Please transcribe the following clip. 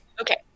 Okay